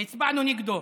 והצבענו נגד.